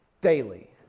daily